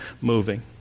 moving